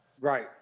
Right